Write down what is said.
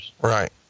Right